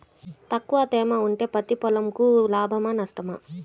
తక్కువ తేమ ఉంటే పత్తి పొలంకు లాభమా? నష్టమా?